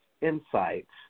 insights